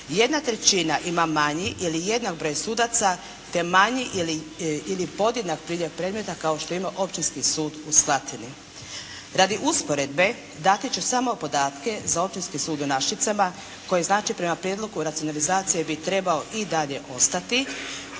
Jedna trećina ima manji ili jednak broj sudaca, te manji ili podjednak priljev predmeta kao što ima općinski Sud u Slatini. Radi usporedbe, dati ću samo podatke za Općinski sud u Našicama koji znači prema prijedlogu o racionalizaciji bi trebao i dalje ostati